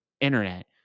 internet